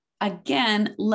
again